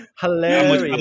Hilarious